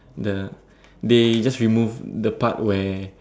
the they just remove the part where